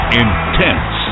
intense